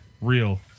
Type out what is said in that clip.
Real